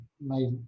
made